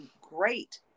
great